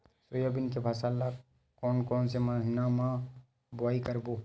Soybean के फसल ल कोन कौन से महीना म बोआई करबो?